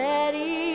Ready